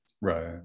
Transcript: right